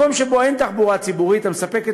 במקום שבו אין תחבורה ציבורית המספקת